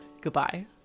Goodbye